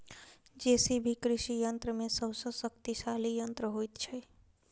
JCB कृषि यंत्र मे सभ सॅ शक्तिशाली यंत्र होइत छै